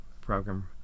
program